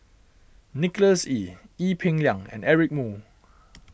Nicholas Ee Ee Peng Liang and Eric Moo